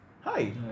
Hi